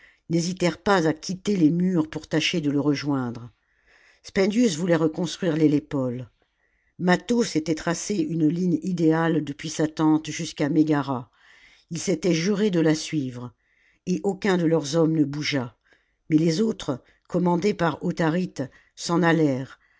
n'hésitèrent pas à quitterles murs pour tâcher de le rejoindre spendius voulait reconstruire l'hélépole mâtho s'était tracé une ligne idéale depuis sa tente jusqu'à mégara il s'était juré de la suivre et aucun de leurs hommes ne bougea mais les autres commandés par autharite s'en allèrent